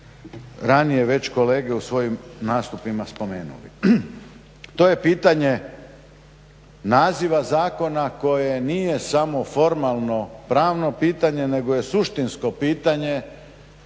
ranije već kolege u svojim nastupima već spomenuli. To je pitanje naziva zakona koje nije samo formalno pravno pitanje nego je suštinsko pitanje